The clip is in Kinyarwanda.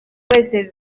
wese